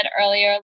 earlier